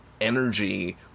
energy